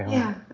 yeah,